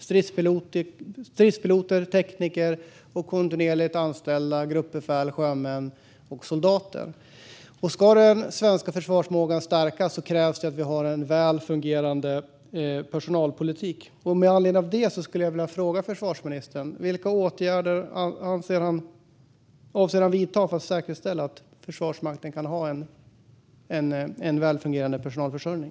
Det handlar om stridspiloter, tekniker och kontinuerligt anställda gruppbefäl, sjömän och soldater. Ska den svenska försvarsförmågan stärkas krävs att vi har en välfungerande personalpolitik. Med anledning av detta skulle jag vilja fråga: Vilka åtgärder avser försvarsministern att vidta för att säkerställa att Försvarsmakten kan ha en välfungerande personalförsörjning?